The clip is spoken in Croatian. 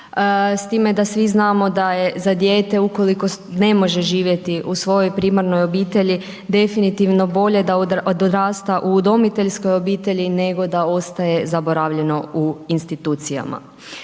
S time da svi znamo da je za dijete ukoliko ne može živjeti u svojoj primarnoj obitelji definitivno bolje da odrasta u udomiteljskoj obitelji nego da ostane zanemareno u institucijama.